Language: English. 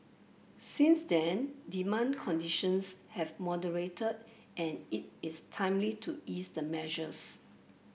since then demand conditions have moderated and it is timely to ease the measures